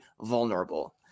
vulnerable